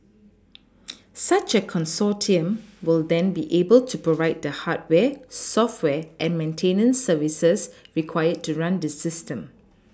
such a consortium will then be able to provide the hardware software and maintenance services required to run this system